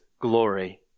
glory